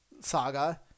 saga